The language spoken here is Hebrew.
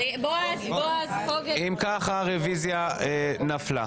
הרוויזיה נפלה.